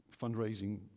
fundraising